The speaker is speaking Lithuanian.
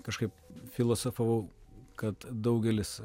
kažkaip filosofavau kad daugelis